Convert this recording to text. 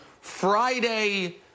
Friday